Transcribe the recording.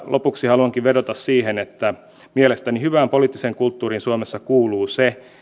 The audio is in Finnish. lopuksi haluankin vedota siihen että mielestäni hyvään poliittiseen kulttuuriin suomessa kuuluu se